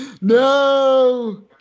No